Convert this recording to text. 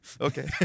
okay